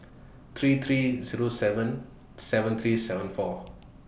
three three Zero seven seven three seven four